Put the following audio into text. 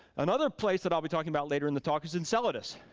another place that i'll be talking about later in the talk is enceladus.